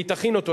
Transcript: והיא תכין אותו,